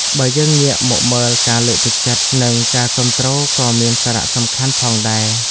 បើយើងងាកមកមើលការលើកទឹកចិត្ត និងការគាំទ្រក៏មានសារះសំខាន់ផងដែរ។